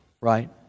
right